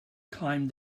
climbed